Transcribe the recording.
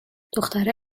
دختره